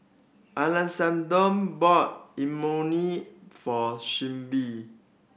Alessandro bought Imoni for Shelbi